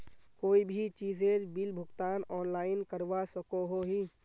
कोई भी चीजेर बिल भुगतान ऑनलाइन करवा सकोहो ही?